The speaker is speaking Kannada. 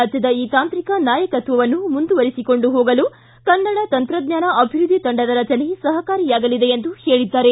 ರಾಜ್ಯದ ಈ ತಾಂತ್ರಿಕ ನಾಯಕತ್ವವನ್ನು ಮುಂದುವರಿಸಿಕೊಂಡು ಹೋಗಲು ಕನ್ನಡ ತಂತ್ರಜ್ಞಾನ ಅಭಿವೃದ್ಧಿ ತಂಡ ದ ರಚನೆ ಸಹಕಾರಿಯಾಗಲಿದೆ ಎಂದು ಹೇಳಿದ್ದಾರೆ